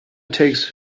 takes